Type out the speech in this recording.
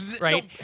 Right